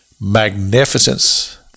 magnificence